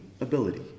ability